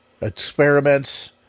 experiments